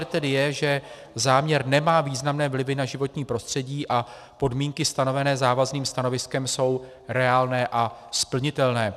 Závěr tedy je, že záměr nemá významné vlivy na životní prostředí a podmínky stanovené závazným stanoviskem jsou reálné a splnitelné.